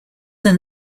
than